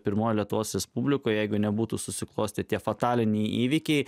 pirmoje lietuvos respublikoje jeigu nebūtų susiklostę tie fatališki įvykiai